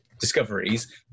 discoveries